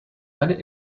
many